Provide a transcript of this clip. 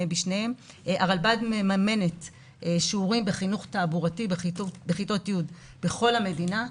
הרלב"ד מממנת שיעורים בחינוך תעבורתי בכיתות י' בכל המדינה,